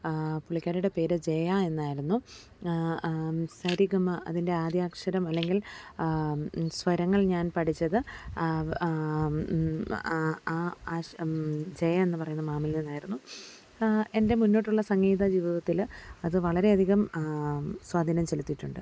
പുള്ളിക്കാരിയുടെ പേര് ജയ എന്നായിരുന്നു സരിഗമ അതിന്റെ ആദ്യാക്ഷരം അല്ലെങ്കിൽ സ്വരങ്ങൾ ഞാൻ പഠിച്ചത് ജയ എന്ന് പറയുന്ന മാമിൽ നിന്നായിരുന്നു എന്റെ മുന്നോട്ടുള്ള സംഗീതജീവിതത്തിൽ അത് വളരെയധികം സ്വാധീനം ചെലുത്തീട്ടുണ്ട്